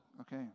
okay